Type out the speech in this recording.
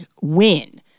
win